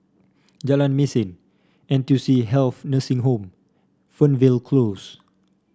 Jalan Mesin N T U C Health Nursing Home Fernvale Close